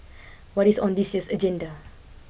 what is on this year's agenda